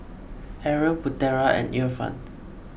Aaron Putera and Irfan